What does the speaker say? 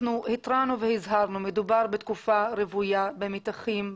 התרענו והזהרנו שמדובר בתקופה רוויה במתחים,